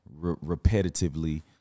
repetitively